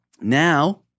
now